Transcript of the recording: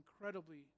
incredibly